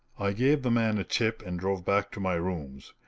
i gave the man a tip and drove back to my rooms,